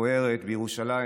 מפוארת בירושלים,